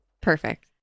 perfect